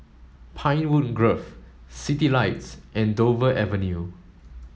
Pinewood Grove Citylights and Dover Avenue